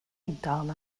iddialı